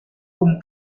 como